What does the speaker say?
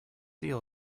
eel